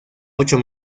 ocho